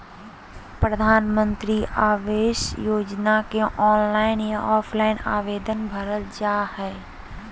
प्रधानमंत्री आवास योजना के ऑनलाइन या ऑफलाइन आवेदन भरल जा हइ